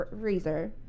freezer